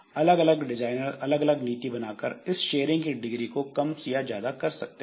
अलग अलग डिजाइनर अलग अलग नीति बनाकर इस शेयरिंग की डिग्री को कम या ज्यादा कर सकते हैं